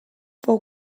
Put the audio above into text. fou